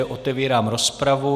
Otevírám rozpravu.